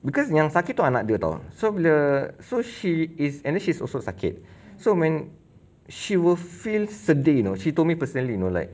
because yang sakit tu anak dia [tau] so bila so she is and then she's also sakit so when she will feel sedih you know she told me personally you know like